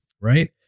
Right